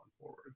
forward